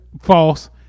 False